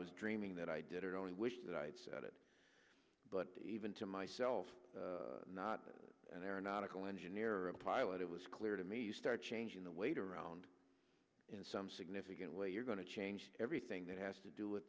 was dreaming that i did it only wish that i had said it but even to myself not an aeronautical engineer or a pilot it was clear to me you start changing the weight around in some significant way you're going to change everything that has to do with